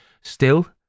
Still